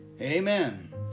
Amen